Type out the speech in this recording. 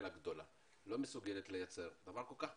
הגדולה לא מסוגלת לייצר דבר כל-כך פשוט: